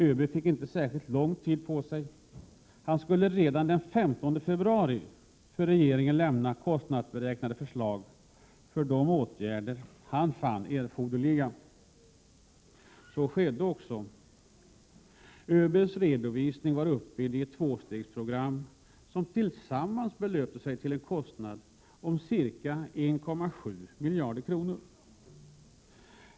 ÖB fick inte särskilt lång tid på sig. Han skulle redan den 15 februari för regeringen lämna kostnadsberäknade förslag för de åtgärder han fann erforderliga. Så skedde också. ÖB:s redovisning var uppbyggd i ett tvåstegsprogram, som tillsammans belöpte sig till en kostnad om ca 1,7 miljarder kronor.